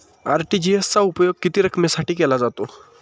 RTGS चा उपयोग किती रकमेसाठी केला जातो?